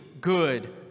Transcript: good